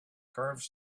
curved